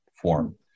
form